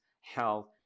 health